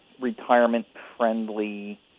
retirement-friendly